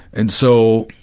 and so,